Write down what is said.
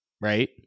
right